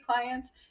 clients